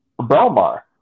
Belmar